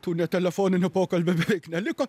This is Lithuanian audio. tų netelefoninių pokalbių beveik neliko